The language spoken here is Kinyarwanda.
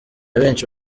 benshi